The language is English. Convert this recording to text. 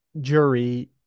jury